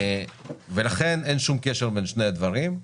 אין קשר בין שני הדברים.